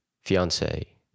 fiance